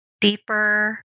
deeper